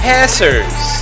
Passers